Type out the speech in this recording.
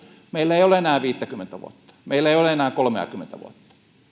meillä ei ole enää viittäkymmentä vuotta meillä ei ole enää kolmeakymmentä vuotta